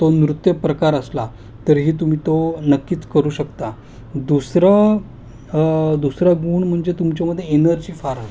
तो नृत्य प्रकार असला तरीही तुम्ही तो नक्कीच करू शकता दुसरं दुसरा गुण म्हणजे तुमच्यामध्ये एनर्जी फार हवी